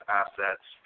assets